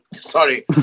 Sorry